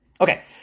Okay